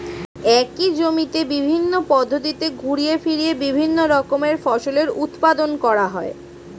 একই জমিতে বিভিন্ন পদ্ধতিতে ঘুরিয়ে ফিরিয়ে বিভিন্ন রকমের ফসলের উৎপাদন করা হয়